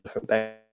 different